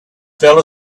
fell